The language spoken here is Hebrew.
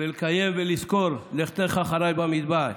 ולקיים ולזכור "לכתך אחרי במדבר".